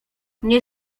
nie